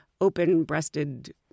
open-breasted